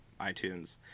iTunes